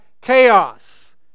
chaos